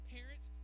Parents